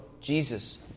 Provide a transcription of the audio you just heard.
Jesus